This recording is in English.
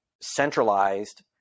centralized